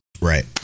Right